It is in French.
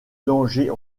danger